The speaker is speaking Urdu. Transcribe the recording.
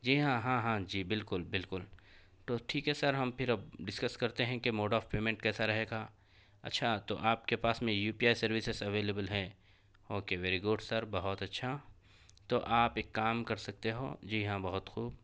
جی ہاں ہاں ہاں جی بالکل بالکل تو ٹھیک ہے سر ہم پھر اب ڈسکس کرتے ہیں کہ موڈ آف پیمنٹ کیسا رہے گا اچھا تو آپ کے پاس میں U P I services available ہے اوکے ویری گڈ سر بہت اچھا تو آپ ایک کام کر سکتے ہو جی ہاں بہت خوب